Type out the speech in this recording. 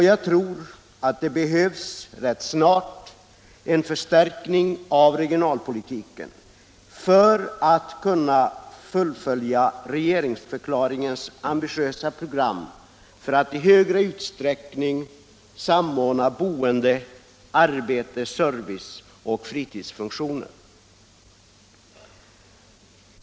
Jag tror att det rätt snart behövs en förstärkning av regionalpolitiken för att man skall kunna fullfölja regeringsförklaringens ambitiösa program att i större utsträckning samordna boende, arbete, service och fritidsfunktioner.